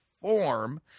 form